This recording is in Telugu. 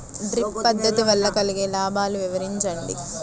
డ్రిప్ పద్దతి వల్ల కలిగే లాభాలు వివరించండి?